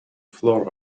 flour